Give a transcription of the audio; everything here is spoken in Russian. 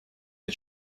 для